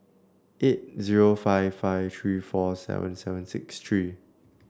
eight zero five five three four seven seven six three